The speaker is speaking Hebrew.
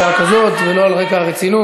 בשעה כזאת, ולא על רקע הרצינות.